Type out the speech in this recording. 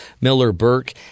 Miller-Burke